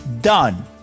Done